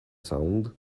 sound